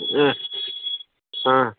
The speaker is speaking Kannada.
ಹಾಂ ಹಾಂ